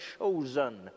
chosen